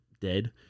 dead